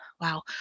wow